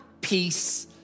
peace